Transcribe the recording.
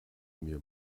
mir